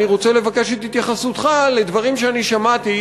אני רוצה לבקש את התייחסותך לדברים ששמעתי,